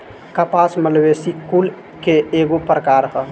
कपास मालवेसी कुल के एगो प्रकार ह